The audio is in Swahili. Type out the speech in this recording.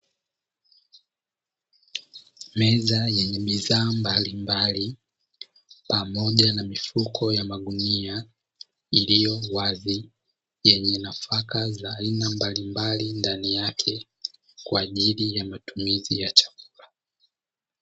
Meza yenye bidhaa mbalimbali pamoja na mifuko ya magunia, iliyo wazi yenye nafaka za aina mbalimbali ndani yake kwa ajili ya matumizi ya chakula.